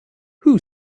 who